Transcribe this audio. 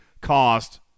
cost